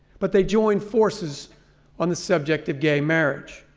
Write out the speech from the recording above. but they joined forces on the subject of gay marriage.